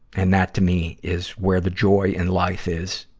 and that, to me, is where the joy in life is,